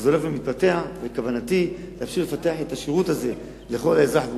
וזה הולך ומתפתח וכוונתי להמשיך ולפתח את השירות הזה לכל אזרח.